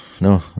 no